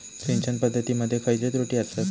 सिंचन पद्धती मध्ये खयचे त्रुटी आसत?